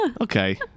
Okay